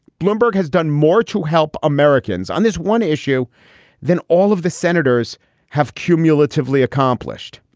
bloomberg has done more to help americans on this one issue than all of the senators have cumulatively accomplished.